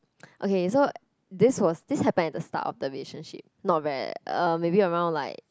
okay so this was this happened at the start of relationship not where uh maybe around like